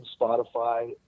Spotify